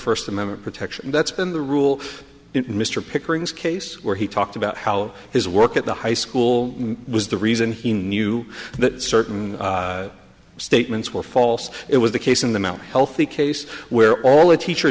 first amendment protection and that's been the rule in mr pickering's case where he talked about how his work at the high school was the reason he knew that certain statements were false it was the case in the mt healthy case where all a teacher